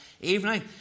evening